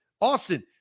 Austin –